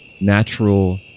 natural